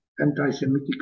anti-Semitic